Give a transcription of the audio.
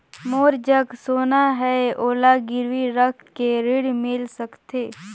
मोर जग सोना है ओला गिरवी रख के ऋण मिल सकथे?